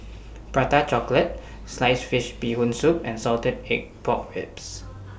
Prata Chocolate Sliced Fish Bee Hoon Soup and Salted Egg Pork Ribs